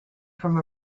from